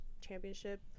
championship